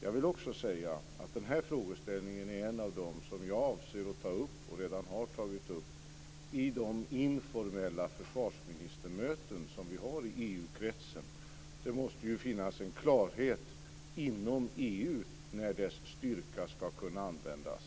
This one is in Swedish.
Jag vill också säga att den här frågeställningen är en av dem som jag avser att ta upp och redan har tagit upp vid de informella försvarsministermöten som vi har i EU-kretsen. Det måste ju finnas en klarhet inom EU när dess styrka ska kunna användas.